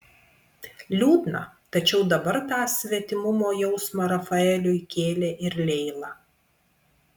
liūdna tačiau dabar tą svetimumo jausmą rafaeliui kėlė ir leila